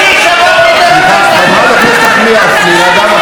אני שברתי את הראש איך להביא אותם.